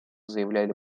заявляли